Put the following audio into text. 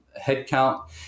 headcount